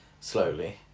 slowly